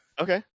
Okay